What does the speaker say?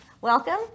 Welcome